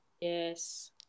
Yes